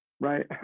Right